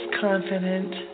confident